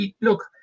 look